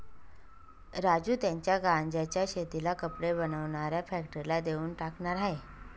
राजू त्याच्या गांज्याच्या शेतीला कपडे बनवणाऱ्या फॅक्टरीला देऊन टाकणार आहे